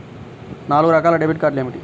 నాలుగు రకాల డెబిట్ కార్డులు ఏమిటి?